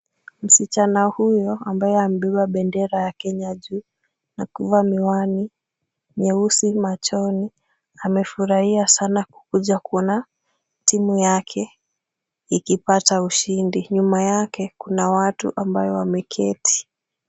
Msichana huyu ambaye amebeba bendera ya Kenya juu na kuvaa miwani nyeusi machoni amefurahia sana kukuja kuona timu yake ikipata ushindi. Nyuma yake kuna watu ambao wameketi.